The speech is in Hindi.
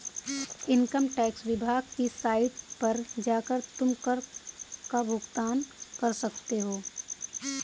इन्कम टैक्स विभाग की साइट पर जाकर तुम कर का भुगतान कर सकते हो